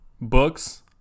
books